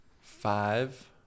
Five